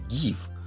give